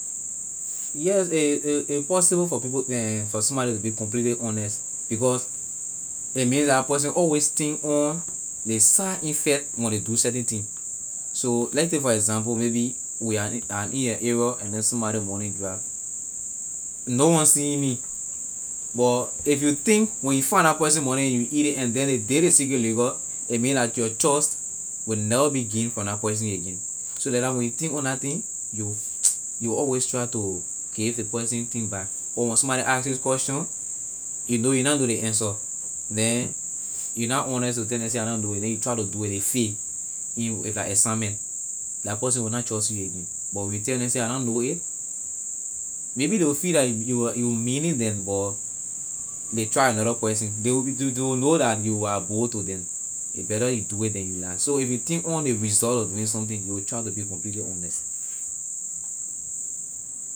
Yes a a a possible for people somebody to be completely honest because a mean la person always think on ley side effect when ley do certain thing so let take for example maybe we ar- I in a area and then somebody money drop no one seeing me but if you think when you if la person money and you eat ley and the lay day ley secret leakor a mean that your trust will never be gain from la person again so like that when you think on la thing you you always try to give ley person thing back or when somebody asking question you know you na know ley answer then you na honest to tell them say I na know it then you try to do it ley fail you if la assignment la person will na trust you again but when you tell neh say I na know it maybe ley will feel that you you meaning them but ley will try another person the- the- they will know that you are bold to them a better you do it then to lie so if you think on ley result of doing something you will try to be completely honest.